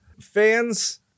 Fans